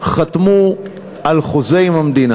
חתמו על חוזה עם המדינה,